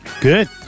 Good